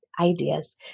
ideas